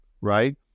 right